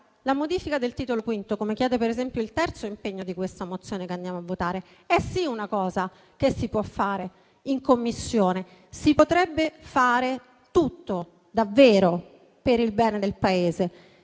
la modifica del Titolo V, come chiede ad esempio il terzo impegno di questa mozione che andiamo a votare, è sì una cosa che si può fare in Commissione: si potrebbe fare tutto, davvero, per il bene del Paese.